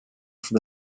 for